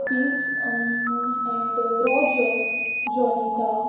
आपीस and Roger Jonita